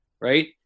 Right